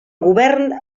govern